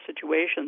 situations